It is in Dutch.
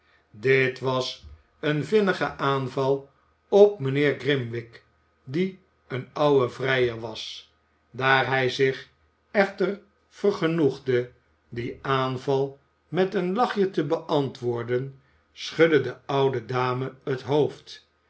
dit was een vinnige aanval op mijnheer grimwig die een oude vrijer was daar hij zich echter vergenoegde dien aanval met een lachje te beantwoorden schudde de oude dame het hoofd